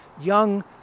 young